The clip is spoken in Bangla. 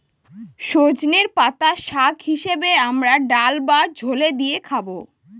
সজনের পাতা শাক হিসেবে আমরা ডাল বা ঝোলে দিয়ে খাবো